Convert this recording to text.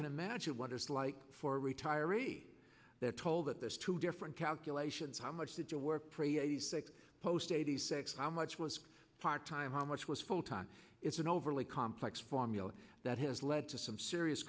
can imagine what it's like for retiree the toll that there's two different calculations how much did you work for a eighty six post eighty six i much was a part time how much was full time it's an overly complex formula that has led to some serious